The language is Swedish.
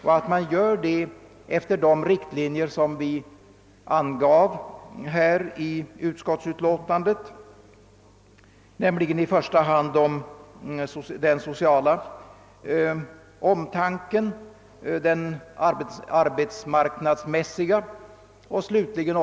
Därvid bör vi gå efter de riktlinjer som angivits i utskottsutlåtandet: den sociala omtanken och den arbetsmarknadsmässiga aspekten.